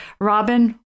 Robin